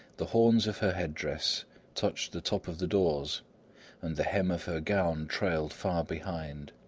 the horns of her head-dress touched the top of the doors and the hem of her gown trailed far behind